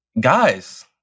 Guys